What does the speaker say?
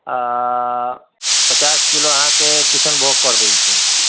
आ पचास किलो अहाँके किसनभोग कर दै छी